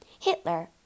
Hitler